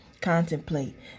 contemplate